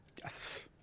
Yes